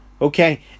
Okay